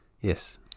Yes